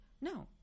no